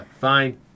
fine